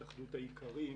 עם התאחדות האיכרים.